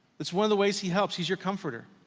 that's one of the ways he helps, he's your comforter.